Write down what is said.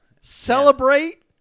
celebrate